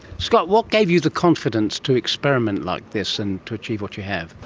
scott, what gave you the confidence to experiment like this and to achieve what you have?